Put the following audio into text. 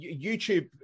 YouTube